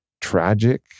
tragic